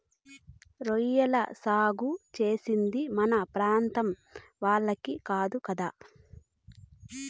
రొయ్యల సాగు చేసేది మన ప్రాంతం వాళ్లకి రాదు కదా